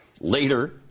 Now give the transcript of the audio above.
Later